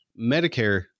Medicare